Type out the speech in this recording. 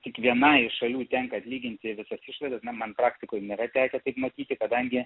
tik vienai iš šalių tenka atlyginti visas išlaidas na man praktikoj nėra tekę taip matyti kadangi